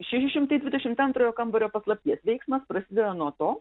šeši šimtai dvidešimt antrojo kambario paslapties veiksmas prasideda nuo to